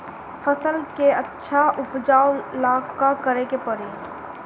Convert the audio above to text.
फसल के अच्छा उपजाव ला का करे के परी?